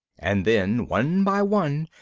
and then, one by one,